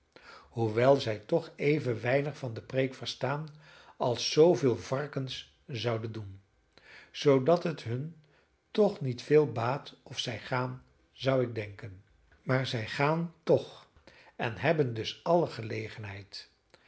hoewel zij toch even weinig van de preek verstaan als zooveel varkens zouden doen zoodat het hun toch niet veel baat of zij gaan zou ik denken maar zij gaan toch en hebben dus alle gelegenheid